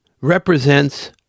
represents